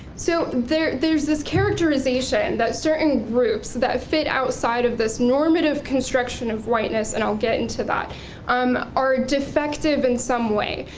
so there there's this characterization that certain groups that fit outside of this normative construction of whiteness and i'll get into that um are defective and some way,